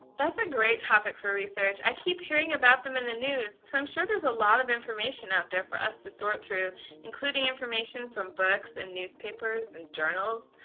that's a great topic for research, i keep hearing about them in the news so i'm sure there's a lot of information out there for us to sort through including information from books and newspapers and journals.